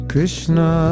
Krishna